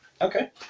Okay